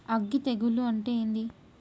అగ్గి తెగులు అంటే ఏంది?